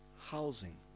housing